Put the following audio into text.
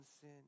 sin